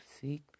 seek